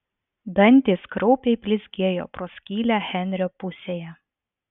dantys kraupiai blizgėjo pro skylę henrio pusėje